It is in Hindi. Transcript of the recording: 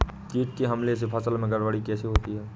कीट के हमले से फसल में गड़बड़ी कैसे होती है?